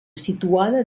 situada